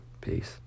peace